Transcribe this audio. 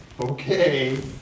okay